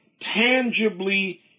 tangibly